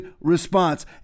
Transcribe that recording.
response